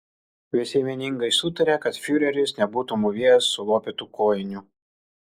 visi vieningai sutarė kad fiureris nebūtų mūvėjęs sulopytų kojinių